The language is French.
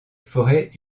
forêts